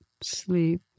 sleep